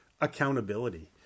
accountability